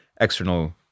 external